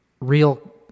real